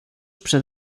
przed